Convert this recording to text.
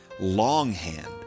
longhand